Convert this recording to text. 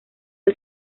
del